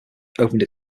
opened